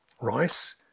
rice